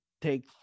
Take